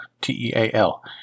T-E-A-L